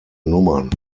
nummern